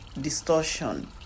distortion